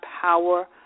Power